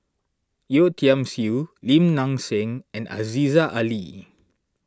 Yeo Tiam Siew Lim Nang Seng and Aziza Ali